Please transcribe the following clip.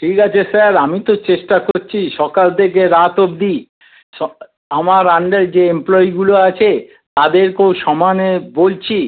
ঠিক আছে স্যার আমি তো চেষ্টা করছি সকাল থেকে রাত অবধি আমার আন্ডারে যে এমপ্লয়ীগুলো আছে তাদেরকেও সমানে বলছি